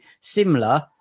similar